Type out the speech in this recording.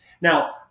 Now